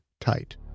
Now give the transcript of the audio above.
tight